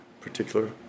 particular